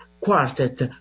quartet